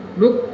look